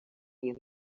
you